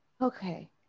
Okay